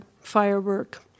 firework